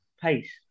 pace